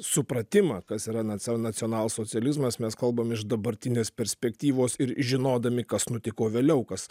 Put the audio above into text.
supratimą kas yra nacia nacionalsocializmas mes kalbame iš dabartinės perspektyvos ir žinodami kas nutiko vėliau kas